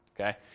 okay